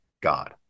god